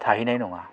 थाहैनाय नङा